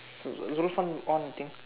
Zulfan on the thing